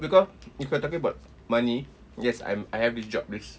because if you are talking about money yes I'm I have the job base